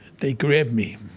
they grabbed me.